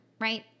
right